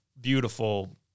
beautiful